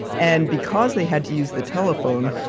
and because they had to use the telephone,